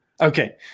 Okay